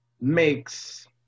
makes